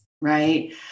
right